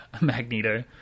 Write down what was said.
Magneto